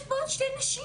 יש פה עוד שתי נשים.